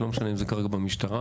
לא משנה אם זה כרגע במשטרה,